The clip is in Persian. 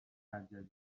الجزیره